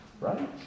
right